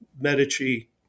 Medici